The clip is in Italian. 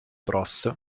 bros